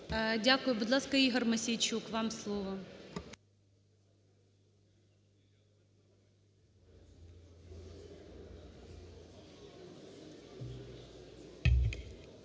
Дякую. Будь ласка, Ігор Мосійчук, вам слово.